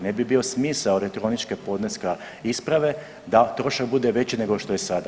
Ne bi bio smisao elektroničkog podneska isprave da trošak bude veći nego što je sada.